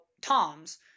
Tom's